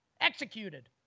Executed